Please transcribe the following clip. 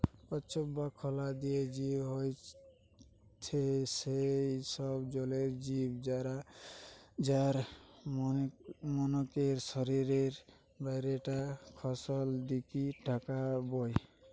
কবচ বা খলা দিয়া জিব হয়থে সেই সব জলের জিব যার মনকের শরীরের বাইরে টা খলস দিকি ঢাকা রয়